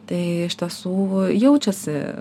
tai iš tiesų jaučiasi